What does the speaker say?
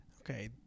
Okay